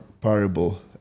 parable